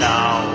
Now